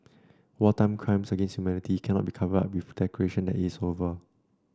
wartime crimes against humanity cannot be covered up with a declaration that it is over